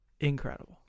incredible